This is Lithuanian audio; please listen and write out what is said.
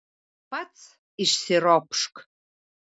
pats išsiropšk